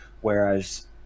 whereas